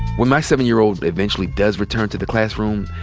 when my seven-year-old eventually does return to the classroom,